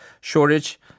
shortage